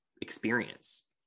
experience